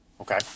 Okay